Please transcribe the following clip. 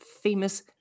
famous